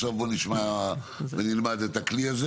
עכשיו בוא נשמע ונלמד את הכלי הזה